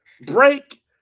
break